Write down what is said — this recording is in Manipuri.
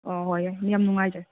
ꯑꯣ ꯍꯣꯏ ꯌꯥꯝ ꯅꯨꯡꯉꯥꯏꯖꯔꯦ